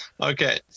Okay